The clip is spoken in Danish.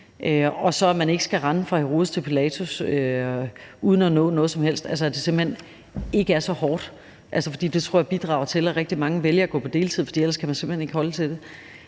og så at man ikke skal rende fra Herodes til Pilatus uden at nå noget som helst, altså at det simpelt hen ikke er så hårdt. For jeg tror, at det bidrager til, at rigtig mange vælger at gå på deltid, for ellers kan man simpelt hen ikke holde til det.